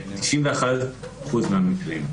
91% מהמקרים.